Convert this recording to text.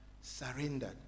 surrendered